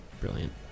Brilliant